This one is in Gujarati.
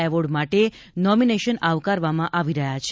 એવોર્ડ માટે નોમિનેશન આવકારવામાં આવી રહ્યા છે